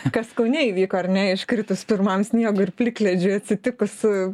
kas kaune įvyko ar ne iškritus pirmam sniegui ir plikledžiui atsitiko su